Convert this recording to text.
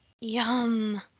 Yum